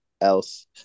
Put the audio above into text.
else